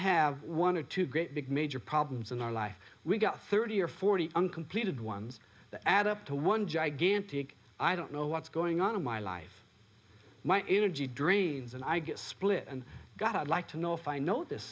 have one or two great big major problems in our life we've got thirty or forty uncompleted ones that add up to one gigantic i don't know what's going on in my life my energy dreams and i get split and god i'd like to know if i know this